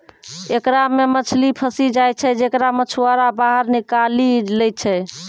एकरा मे मछली फसी जाय छै जेकरा मछुआरा बाहर निकालि लै छै